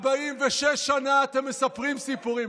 46 שנה אתם מספרים סיפורים,